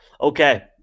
Okay